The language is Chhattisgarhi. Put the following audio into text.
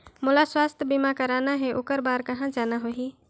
मोला स्वास्थ बीमा कराना हे ओकर बार कहा जाना होही?